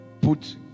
Put